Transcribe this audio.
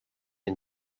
and